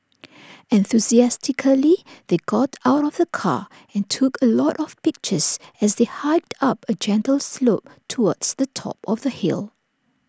enthusiastically they got out of the car and took A lot of pictures as they hiked up A gentle slope towards the top of the hill